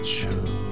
show